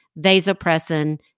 vasopressin